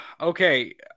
Okay